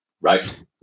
right